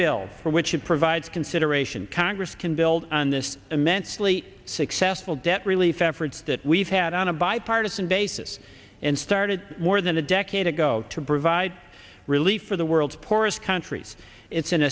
bill for which it provides consideration congress can build on this immensely successful debt relief efforts that we've had on a bipartisan basis and started more than a decade ago to provide relief for the world's poorest countries it's an